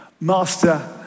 Master